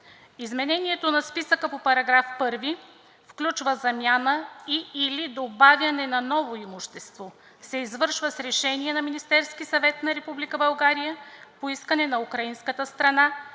„Изменението на списъка по § 1, включва замяна и/или добавяне на ново имущество, се извършва с Решение на Министерския съвет на Република България, по искане на украинската страна